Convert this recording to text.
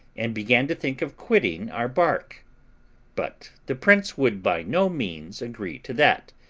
and began to think of quitting our bark but the prince would by no means agree to that,